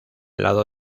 lado